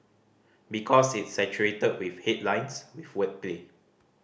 because it's saturated with headlines with wordplay